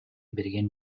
берген